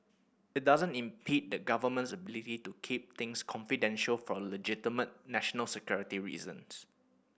it doesn't impede the Government's ability to keep things confidential for legitimate national security reasons